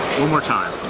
one more time.